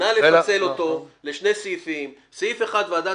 נא לפצל אותו לשני סעיפים סעיף אחד ועדת